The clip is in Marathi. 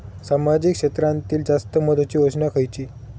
सामाजिक क्षेत्रांतील जास्त महत्त्वाची योजना खयची?